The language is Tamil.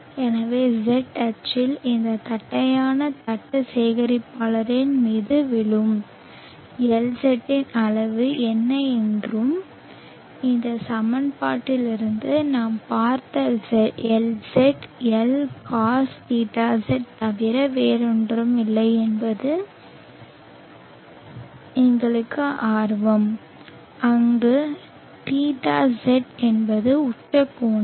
எனவே z அச்சில் இந்த தட்டையான தட்டு சேகரிப்பாளரின் மீது விழும் Lz இன் அளவு என்ன என்றும் இந்த சமன்பாட்டிலிருந்து நாம் பார்த்த Lz L cosθz தவிர வேறொன்றுமில்லை என்றும் கேட்பது எங்கள் ஆர்வம் அங்கு θz என்பது உச்ச கோணம்